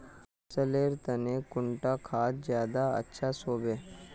फसल लेर तने कुंडा खाद ज्यादा अच्छा सोबे?